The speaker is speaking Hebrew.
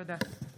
תודה.